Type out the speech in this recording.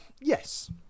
Yes